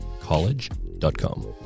college.com